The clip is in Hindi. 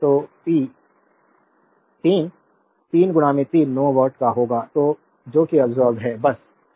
तो पी 3 3 3 9 वाट का होगा जो कि अब्सोर्बेद है बस पकड़ में है